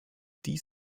dies